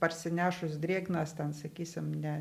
parsinešus drėgnas ten sakysim ne